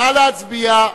נא להצביע.